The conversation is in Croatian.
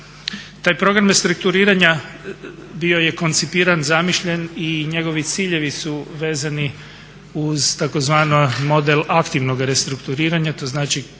Taj program restrukturiranja bio je koncipiran, zamišljen i njegovi ciljevi su vezani uz tzv. model aktivnog restrukturiranja. To znači